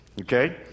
Okay